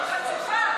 חצופה,